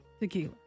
Tequila